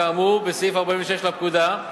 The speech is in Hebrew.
כאמור בסעיף 46 לפקודה,